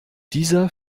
dieser